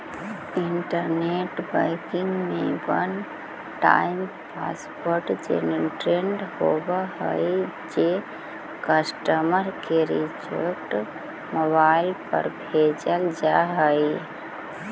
internet banking में one time password generate होवऽ हइ जे कस्टमर के रजिस्टर्ड मोबाइल पर भेजल जा हइ